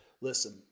Listen